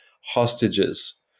hostages